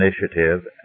initiative